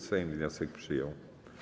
Sejm wniosek przyjął.